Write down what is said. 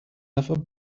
ever